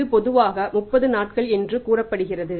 இது பொதுவாக 30 நாட்கள் என்று கூறப்படுகிறது